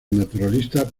naturalista